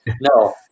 no